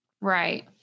Right